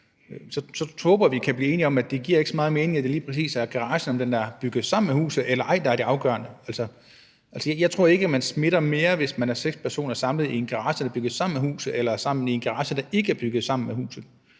så håber jeg også, at vi kan blive enige om, at det ikke giver så meget mening, at det lige præcis er, om garagen er bygget sammen med huset eller ej, der er det afgørende. Jeg tror ikke, man smitter mere, hvis man er seks personer samlet i en garage, der er bygget sammen med huset, end hvis man er sammen i en garage, der ikke er bygget sammen med huset.